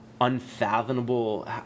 unfathomable